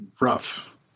rough